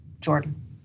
Jordan